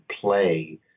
play